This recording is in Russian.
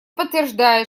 подтверждает